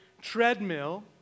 treadmill